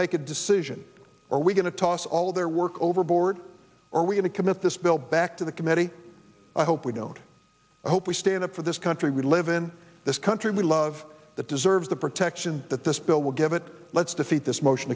make a decision are we going to toss all their work overboard or are we going to commit this bill back to the committee i hope we don't hope we stand up for this country we live in this country we love that deserves the protection that this bill will give it lets defeat this motion